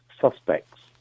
suspects